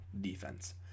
defense